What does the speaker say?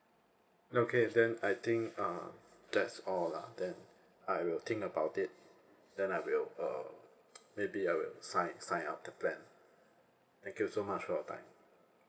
okay then I think uh that's all lah then I will think about it then I will uh maybe I will sign sign up the plan thank you so much for your time